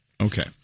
Okay